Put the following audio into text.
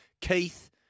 Keith